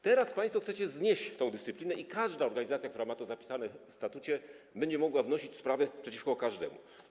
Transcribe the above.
Teraz państwo chcecie znieść tę dyscyplinę i każda organizacja, która ma to zapisane w statucie, będzie mogła wnosić sprawy przeciwko każdemu.